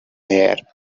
air